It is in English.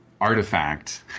artifact